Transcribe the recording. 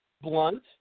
Blunt